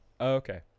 Okay